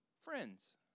friends